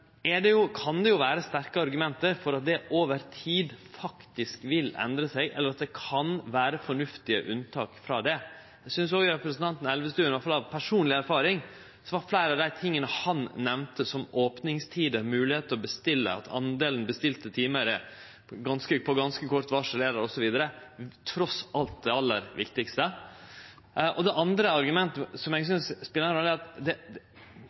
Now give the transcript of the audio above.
er to grunnar til det: For det første kan det vere sterke argument for at det over tid faktisk vil endre seg, eller at det kan vere fornuftige unntak frå det. Til det representanten Elvestuen sa, og ut frå personleg erfaring, vil eg seie at fleire av dei tinga han nemnde, som opningstider, moglegheit til å bestille, delen timar ein kan bestille på ganske kort varsel, osv., er trass i alt det aller viktigaste. Det andre argumentet er at eg synest at vi er